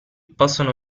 possono